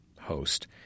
host